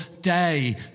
day